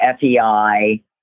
FEI